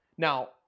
Now